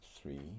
Three